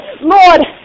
Lord